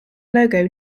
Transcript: logo